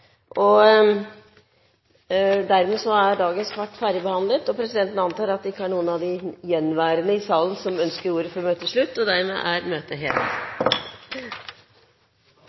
er noen av de gjenværende i salen som ønsker ordet før møtet heves. – Møtet er hevet.